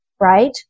right